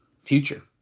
future